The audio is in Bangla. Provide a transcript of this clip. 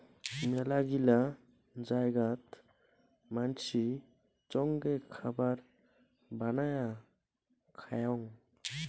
মেলাগিলা জায়গাত মানসি চঙে খাবার বানায়া খায়ং